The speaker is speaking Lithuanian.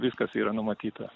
viskas yra numatyta